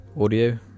Audio